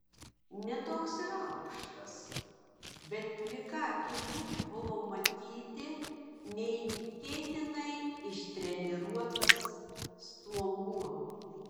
ne toks ir aukštas bet plika akimi buvo matyti neįtikėtinai ištreniruotas stuomuo